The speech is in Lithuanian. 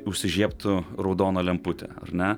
užsižiebtų raudona lemputė ar ne